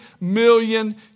million